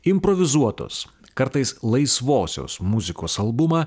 improvizuotos kartais laisvosios muzikos albumą